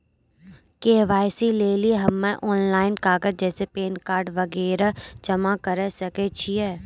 KYC लेली हम्मय online कागज जैसे पैन कार्ड वगैरह जमा करें सके छियै?